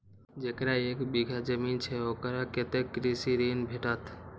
जकरा एक बिघा जमीन छै औकरा कतेक कृषि ऋण भेटत?